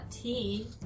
tea